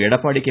Edappadi K